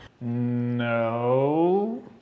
No